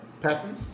pattern